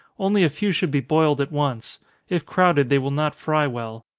only a few should be boiled at once if crowded, they will not fry well.